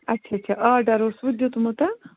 اچھا اچھا آرڈر اوسوٕ دیُتمُت